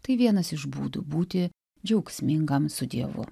tai vienas iš būdų būti džiaugsmingam su dievu